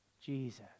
Jesus